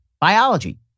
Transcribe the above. biology